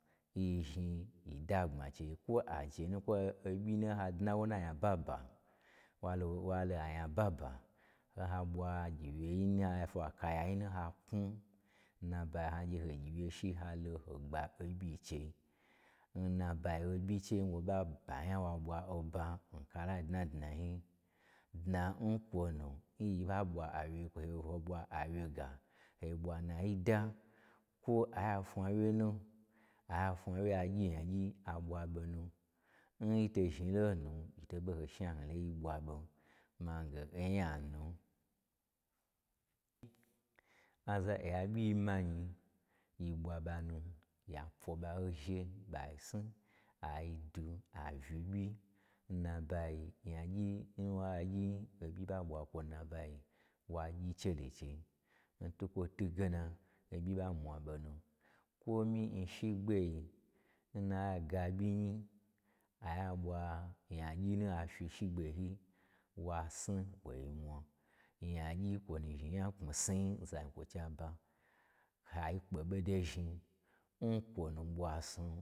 Nyi zhni yi dagbma n chei kwo aje nu kwo o ɓyi nu n hadna wo n na nyaba ba, walo-walo a nya baba, n ha ɓwa gyi wye yi nu, a fwa kaya yi nu n ha knwu, n nabayoi ha gye ho n gyi wye shi halo ho gba oɓyi n chei. Nnabayi oɓyi che nwoɓa ba nya wa ɓwa oba n kala dnadnayi. Dnan kwonun yi ɓa ɓwa a wye-oho ɓwa awyega ho ɓwa nayi da, kwo aye a fnwa wye nu, a fnwa wye ai gyi nyagyi a ɓwa ɓo nu, nyi to zhni lonu yi to n ɓoho shnanlom yi ɓwa ɓon. Mange onya nu aza oya ɓyi nyi ma nyi-i, yi ɓwa ɓa nu ya pwo ɓa pzhe ɓai sni, ai dwu ai uyi ɓyi n nabayi nyagyi n hagyin oɓyi ɓa ɓwakwo n na ɓayi wa gyi che lo n chei n tukwo twugena, oɓyi ɓa mwa ɓo nu, kwomyi nm shigbe, n naye a ga byi nyi, aye a ɓwa nyagyi nu a fyi shigbe yi wa sni wo mwa. Nyagyi kwonu zhni nya kpmisniyi n zankwochi aba hai kpe ɓodo zhni n kwo nu ɓwa snu.